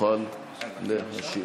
תוכל להשיב.